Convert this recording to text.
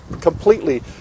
completely